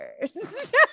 first